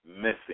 Missing